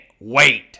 wait